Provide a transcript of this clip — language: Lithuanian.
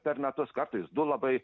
per metus kartais du labai